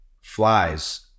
flies